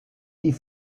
die